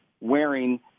wearing